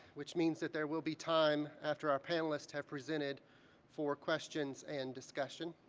which means that there will be time after our panelists have presented for questions and discussion.